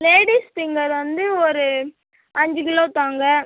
ladies finger வந்து ஒரு அஞ்சு கிலோ தாங்க